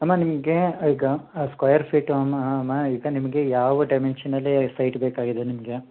ಅಮ್ಮ ನಿಮಗೆ ಈಗ ಸ್ಕೊಯರ್ ಫೀಟು ಅಮ್ಮ ಅಮ್ಮ ಈಗ ನಿಮಗೆ ಯಾವ ಡೈಮೆನ್ಶನಲ್ಲಿ ಸೈಟ್ ಬೇಕಾಗಿದೆ ನಿಮಗೆ